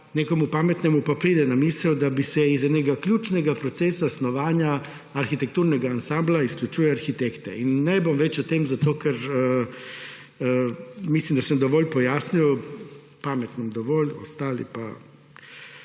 nekemu pametnemu pa pride na misel, da se iz enega ključnega procesa snovanja arhitekturnega ansambla izključuje arhitekte. In ne bom več o tem, zato ker mislim, da sem dovolj pojasnil, pametnim dovolj, ostali pa,